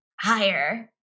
Higher